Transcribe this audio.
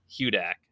Hudak